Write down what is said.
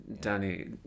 Danny